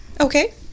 Okay